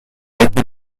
été